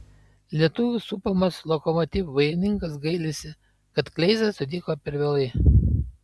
lietuvių supamas lokomotiv vairininkas gailisi kad kleizą sutiko per vėlai